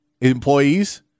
employees